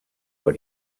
but